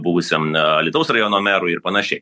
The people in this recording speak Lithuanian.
buvusiam alytaus rajono merui ir panašiai